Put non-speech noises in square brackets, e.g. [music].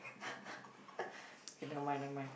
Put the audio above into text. [laughs] okay never mind never mind